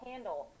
handle